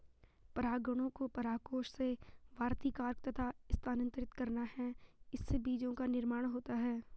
परागकणों को परागकोश से वर्तिकाग्र तक स्थानांतरित करना है, इससे बीजो का निर्माण होता है